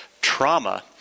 trauma